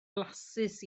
flasus